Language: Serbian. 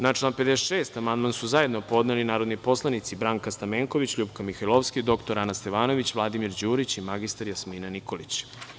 Na član 56. amandman su zajedno podneli narodni poslanici Branka Stamenković, LJupka Mihajlovska, dr Ana Stevanović, Vladimir Đurić i mr Jasmina Nikolić.